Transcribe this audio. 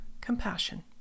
compassion